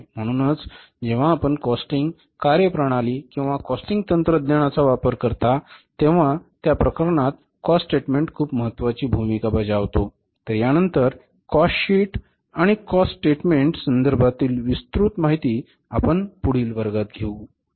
म्हणूनच जेव्हा आपण कॉस्टिंग कार्यप्रणाली किंवा कॉस्टिंग तंत्रज्ञानाचा वापर करता तेव्हा त्या प्रकरणात कॉस्ट स्टेटमेंट खूप महत्वाची भूमिका बजावते तर यानंतर कॉस्ट शीट आणि कॉस्ट स्टेटमेंट संदर्भातील विस्तृत माहिती आपण पुढील वर्गात घेऊ